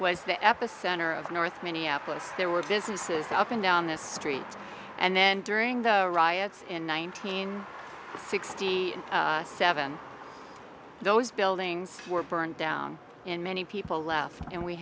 was the epicenter of north minneapolis there were businesses up and down this street and then during the riots in nineteen sixty seven those buildings were burned down in many people left and we